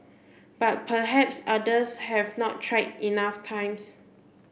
but perhaps others have not tried enough times